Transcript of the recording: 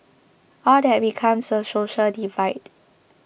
all that becomes a social divide